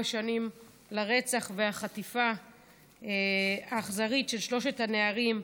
שנים לרצח ולחטיפה האכזרית של שלושת הנערים,